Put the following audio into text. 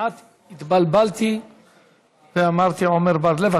כמעט התבלבלתי ואמרתי עמר בר-לב.